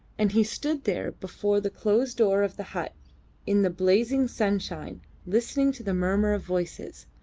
and he stood there before the closed door of the hut in the blazing sunshine listening to the murmur of voices,